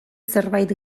zerbait